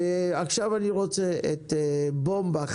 עכשיו אני רוצה לשמוע את ד"ר אילן בומבך,